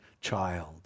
child